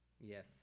Yes